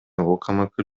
укмк